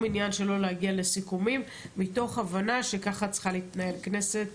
עניין שלא להגיע לסיכומים מתוך הבנה שכך צריכה להתנהג כנסת,